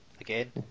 again